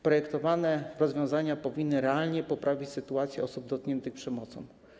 Projektowane rozwiązania powinny realnie poprawić sytuację osób dotkniętych przemocą.